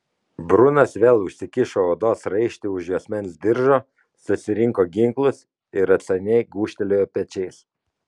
brunas vėl užsikišo odos raištį už juosmens diržo susirinko ginklus ir atsainiai gūžtelėjo pečiais